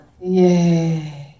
Yay